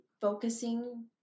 focusing